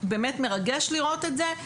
באמת מרגש לראות את זה,